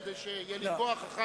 כדי שיהיה לי כוח אחר כך.